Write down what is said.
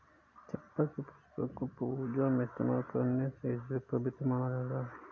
चंपा के पुष्पों को पूजा में इस्तेमाल करने से इसे पवित्र माना जाता